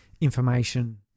information